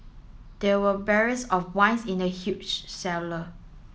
there were barrels of wines in the huge cellar